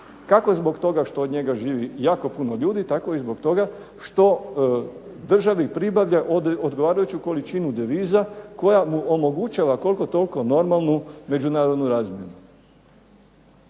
kako zbog toga što od njega živi jako puno ljudi, tako i zbog toga što državi pribavlja odgovarajuću količinu deviza koja mu omogućava koliko toliko normalnu međunarodnu razinu.